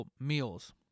meals